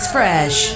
Fresh